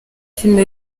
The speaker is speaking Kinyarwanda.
filime